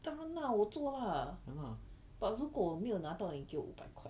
ya lah